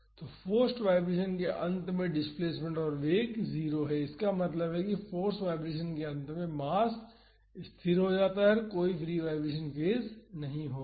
तो forced vibration के अंत में डिस्प्लेसमेंट और वेग 0 हैं इसका मतलब है कि फाॅर्स वाईब्रेशन के अंत में मास स्थिर हो जाता है और कोई फ्री वाईब्रेशन फेज नहीं होगा